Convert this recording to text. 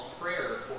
prayer